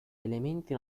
elementi